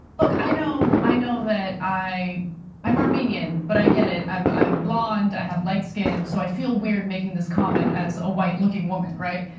look. i know i know that i i'm armenian, but i get it i'm i'm blond i have light skin so i feel weird making this comment as a white looking woman, right?